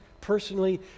personally